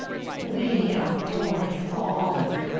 we adore him all!